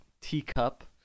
teacup